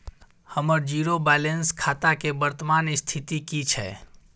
हमर zero balance खाता के वर्तमान स्थिति की छै?